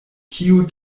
kiu